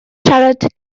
siarad